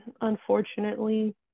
unfortunately